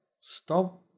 Stop